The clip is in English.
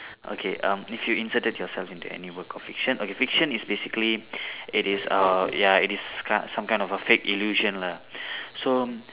okay um if you inserted yourself into any work of fiction okay fiction is basically it is uh ya it is kind some kind of a fake illusion lah so